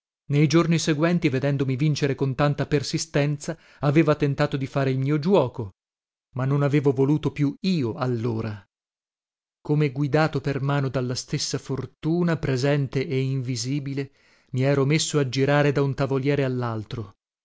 nei giorni seguenti vedendomi vincere con tanta persistenza aveva tentato di fare il mio giuoco ma non avevo voluto più io allora come guidato per mano dalla stessa fortuna presente e invisibile mi ero messo a girare da un tavoliere